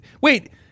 Wait